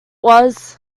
was